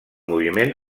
moviment